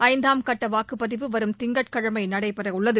ஐந்தாம் கட்ட வாக்குப்பதிவு வரும் திங்கட்கிழமை நடைபெறவுள்ளது